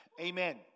amen